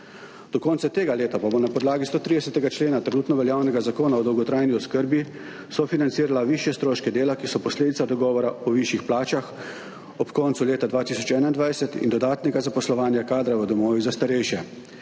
Do konca tega leta pa bo na podlagi 130. člena trenutno veljavnega Zakona o dolgotrajni oskrbi sofinancirala višje stroške dela, ki so posledica dogovora o višjih plačah ob koncu leta 2021 in dodatnega zaposlovanja kadra v domovih za starejše.